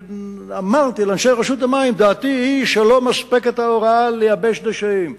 אמרתי לאנשי רשות המים: דעתי היא שלא מספקת ההוראה לייבש דשאים.